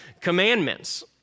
Commandments